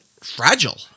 fragile